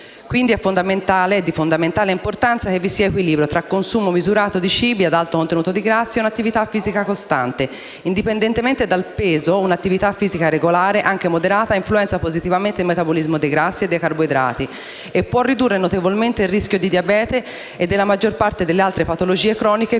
quindi di fondamentale importanza che vi sia equilibrio tra un consumo misurato di cibi ad alto contenuto di grassi ed un'attività fisica costante. Indipendentemente dal peso, un'attività fisica regolare, anche moderata, influenza positivamente il metabolismo dei grassi e dei carboidrati e può ridurre notevolmente il rischio di diabete e della maggior parte delle altre malattie croniche più